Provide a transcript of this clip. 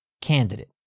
candidate